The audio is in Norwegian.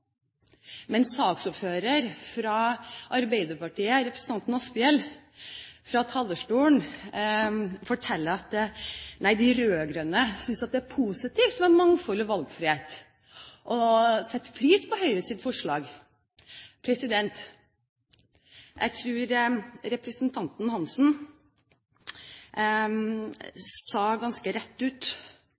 Men saksordfører fra Arbeiderpartiet, representanten Asphjell, forteller fra talerstolen at de rød-grønne synes det er positivt med mangfold og valgfrihet, og setter pris på Høyres forslag. Jeg tror representanten Hansen sa ganske rett ut